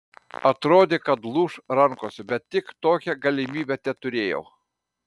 atrodė kad lūš rankos bet tik tokią galimybę teturėjau